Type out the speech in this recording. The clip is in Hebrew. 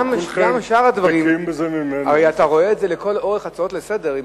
הרי אתה רואה את זה לכל אורך ההצעות לסדר-היום.